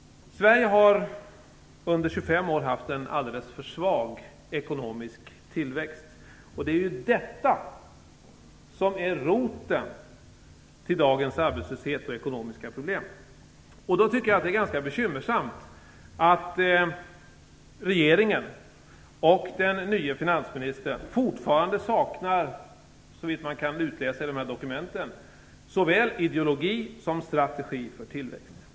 Sverige har under 25 år haft en alldeles för svag ekonomisk tillväxt. Det är detta som är roten till dagens arbetslöshet och ekonomiska problem. Då tycker jag att det är ganska bekymmersamt att regeringen och den nye finansministern fortfarande, så vitt man kan utläsa från dokumenten, saknar såväl ideologi som strategi för tillväxt.